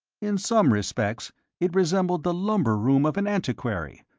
in some respects it resembled the lumber room of an antiquary,